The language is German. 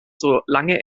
solange